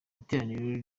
iteraniro